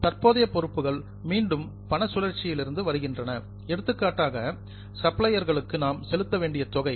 தற்போதைய பொறுப்புக்கள் மீண்டும் பண சுழற்சியில் இருந்து வருகின்றன எடுத்துக்காட்டாக சப்ளையர் சப்ளையர்களுக்கு நாம் செலுத்த வேண்டிய தொகை